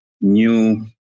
new